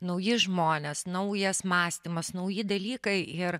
nauji žmonės naujas mąstymas nauji dalykai ir